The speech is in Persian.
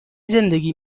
زندگی